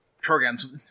programs